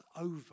over